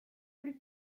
plus